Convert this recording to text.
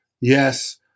Yes